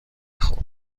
خوبه